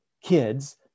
kids